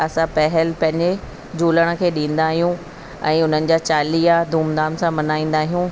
असां पहल पंहिंजे झूलण खे ॾींदा आहियूं ऐं उन्हनि जा चालीहा धूमधाम सां मल्हाईंदा आहियूं